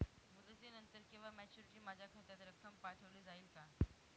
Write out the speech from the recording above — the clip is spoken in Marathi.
मुदतीनंतर किंवा मॅच्युरिटी माझ्या खात्यात रक्कम पाठवली जाईल का?